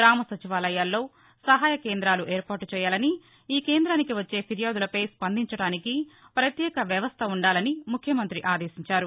గ్రామ సచివాలయల్లో సహాయ కేంద్రాలు ఏర్పాటు చేయాలని ఈ కేంద్రానికి వచ్చే ఫిర్యాదులపై స్పందించడానికి పత్యేక వ్యవస్థ ఉండాలని ముఖ్యమంతి ఆదేశించారు